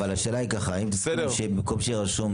האם תסכימו שבמקום שיהיה רשום